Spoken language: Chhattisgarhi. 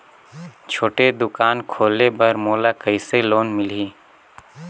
छोटे दुकान खोले बर मोला कइसे लोन मिलही?